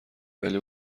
ولی